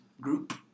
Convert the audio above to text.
group